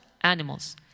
animals